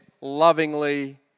lovingly